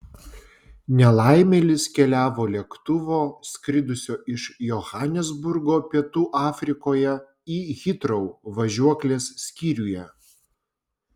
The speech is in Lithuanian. nelaimėlis keliavo lėktuvo skridusio iš johanesburgo pietų afrikoje į hitrou važiuoklės skyriuje